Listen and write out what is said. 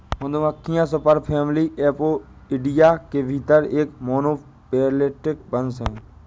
मधुमक्खियां superfamily Apoidea के भीतर एक मोनोफैलेटिक वंश हैं